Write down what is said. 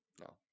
No